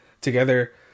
together